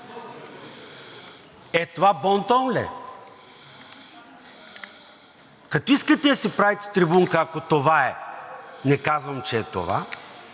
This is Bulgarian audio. Е, това бонтон ли е? Като искате да си правите трибунка, ако това е, не казвам, че е това,